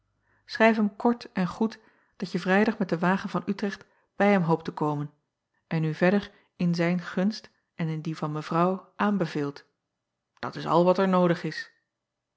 chrijf hem kort en goed dat je rijdag met den wagen van trecht bij hem hoopt te komen en u verder in zijn gunst en in die van evrouw aanbeveelt dat is al wat er noodig is